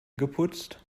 geputzt